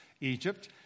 Egypt